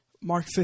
Mark